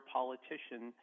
politician